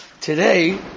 today